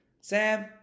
Sam